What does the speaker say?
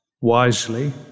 wisely